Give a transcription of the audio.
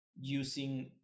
using